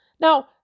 Now